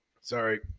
Sorry